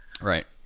Right